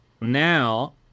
now